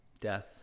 death